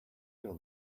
till